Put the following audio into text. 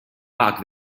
back